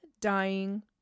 dying